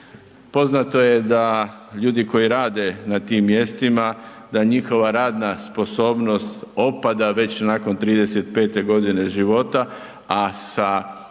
Poznato je da ljudi koji rade na tim mjestima, da njihova radna sposobnost opada već nakon 35. g. života, a sa